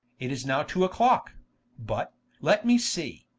it is now two a clock but let me see,